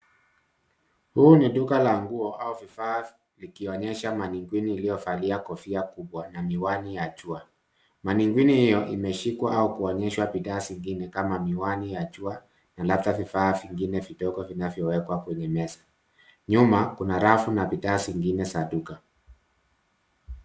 Huu ni duka la nguo au vifaa vikionyesha mannequin iliyovalia kofia kubwa na miwani ya jua. Mannequin hiyo imeshikwa au kuonyeshwa bidhaa zingine kama miwani ya jua, na labda vifaa vingine vidogo vinavyowekwa kwenye meza. Nyuma kuna rafu na bidhaa zingne za duka.